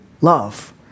love